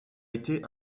été